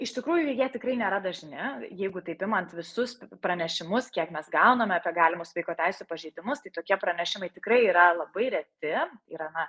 iš tikrųjų jie tikrai nėra dažni jeigu taip imant visus pranešimus kiek mes gauname apie galimus vaiko teisių pažeidimus tai tokie pranešimai tikrai yra labai reti yra na